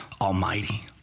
Almighty